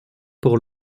pour